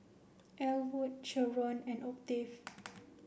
Elwood Sheron and Octave